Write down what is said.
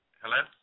Hello